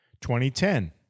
2010